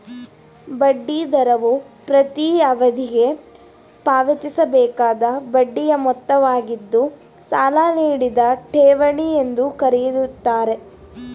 ಬಡ್ಡಿ ದರವು ಪ್ರತೀ ಅವಧಿಗೆ ಪಾವತಿಸಬೇಕಾದ ಬಡ್ಡಿಯ ಮೊತ್ತವಾಗಿದ್ದು ಸಾಲ ನೀಡಿದ ಠೇವಣಿ ಎಂದು ಕರೆಯುತ್ತಾರೆ